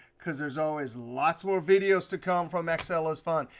because there's always lots more videos to come from excel is fun,